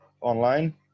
online